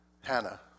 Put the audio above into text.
Hannah